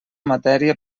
matèria